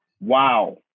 Wow